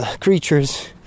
creatures